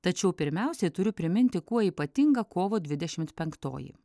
tačiau pirmiausiai turiu priminti kuo ypatinga kovo dvidešimt penktoji